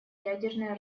ядерное